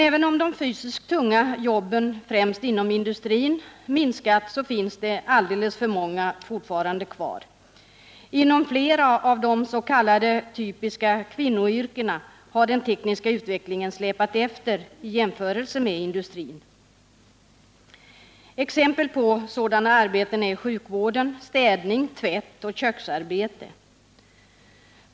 Även om de fysiskt tunga jobben främst inom industrin minskat, finns alldeles för många av dem fortfarande kvar. Inom flera av de s.k. typiska kvinnoyrkena har den tekniska utvecklingen släpat efter i förhållande till industrin. Exempel på sådana arbeten är arbeten inom sjukvården, städning, tvätt och köksarbete.